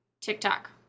TikTok